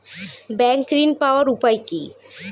Bank ঋণ পাওয়ার উপায় কি?